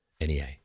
NEA